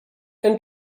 and